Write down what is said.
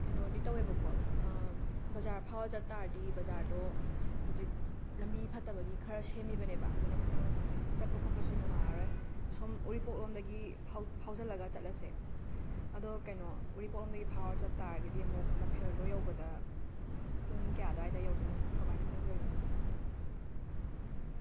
ꯀꯩꯅꯣꯗꯤ ꯇꯧꯋꯦꯕꯀꯣ ꯕꯖꯥꯔ ꯐꯥꯎꯔꯒ ꯆꯠ ꯇꯥꯔꯗꯤ ꯕꯖꯥꯔꯗꯣ ꯍꯧꯖꯤꯛ ꯂꯝꯕꯤ ꯐꯠꯇꯕꯒꯤ ꯁꯦꯝꯃꯤꯕꯅꯦꯕ ꯑꯗꯨꯅ ꯈꯇꯪ ꯆꯠꯄ ꯈꯣꯠꯄꯁꯨ ꯅꯨꯡꯉꯥꯏꯔꯔꯣꯏ ꯁꯣꯝ ꯎꯔꯤꯄꯣꯛꯂꯣꯝꯗꯒꯤ ꯐꯥꯎ ꯐꯥꯎꯖꯤꯜꯂꯒ ꯆꯠꯂꯁꯦ ꯑꯗꯣ ꯀꯩꯅꯣ ꯎꯔꯤꯄꯣꯛꯂꯣꯝꯒꯤ ꯐꯥꯎꯔꯒ ꯆꯠ ꯇꯥꯔꯒꯗꯤ ꯑꯃꯨꯛ ꯂꯝꯐꯦꯜꯗꯣ ꯌꯧꯕꯗ ꯄꯨꯡ ꯀꯌꯥ ꯑꯗꯥꯏꯗ ꯌꯧꯗꯣꯏꯅꯣ ꯄꯨꯡ ꯀꯃꯥꯏꯅ ꯆꯪꯗꯣꯏꯅꯣ